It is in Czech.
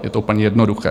Je to úplně jednoduché.